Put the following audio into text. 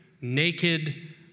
naked